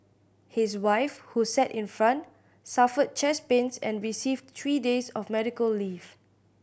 his wife who sat in front suffered chest pains and received three days of medical leave